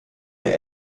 der